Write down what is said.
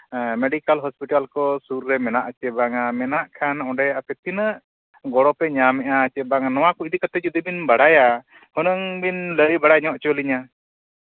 medical hospital ᱠᱚ ᱥᱩᱨ ᱨᱮ ᱢᱮᱱᱟᱜ ᱟᱪᱮ ᱵᱟᱝᱟ ᱢᱮᱱᱟᱜ ᱠᱷᱟᱱ ᱚᱸᱰᱮ ᱟᱯᱮ ᱛᱤᱱᱟᱹᱜ ᱜᱚᱲᱚ ᱯᱮ ᱧᱟᱢᱮᱫᱼᱟ ᱥᱮ ᱵᱟᱝᱟ ᱱᱚᱣᱟ ᱠᱚ ᱤᱫᱤ ᱠᱟᱛᱮᱫ ᱡᱩᱫᱤ ᱵᱤᱱ ᱵᱟᱲᱟᱭᱟ ᱢᱟᱱᱮ ᱩᱱ ᱵᱤᱱ ᱞᱟᱹᱭ ᱵᱟᱲᱟ ᱧᱚᱜ ᱞᱤᱧᱟ